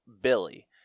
Billy